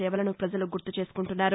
సేవలను పజలు గుర్తు చేసుకుంటున్నారు